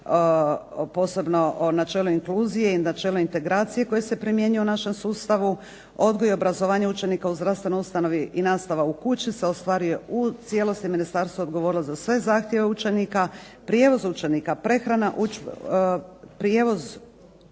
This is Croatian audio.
posebno načelo inkluzije i načelo integracija koja se primjenjuju u našem sustavu. Odgoj i obrazovanje učenika u zdravstvenoj ustanovi i nastava u kući se ostvaruje u cijelosti. Ministarstvo je odgovorilo za sve zahtjeve učenika. Prijevoz učenika, prehrana učenika.